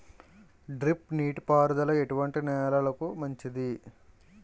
Drip నీటి పారుదల ఎటువంటి నెలలకు మంచిది?